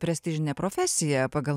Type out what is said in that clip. prestižinė profesija pagal